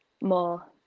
more